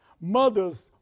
Mothers